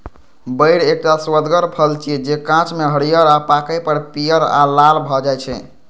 बेर एकटा सुअदगर फल छियै, जे कांच मे हरियर आ पाके पर पीयर आ लाल भए जाइ छै